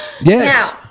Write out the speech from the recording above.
yes